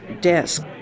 desk